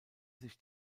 sich